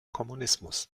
kommunismus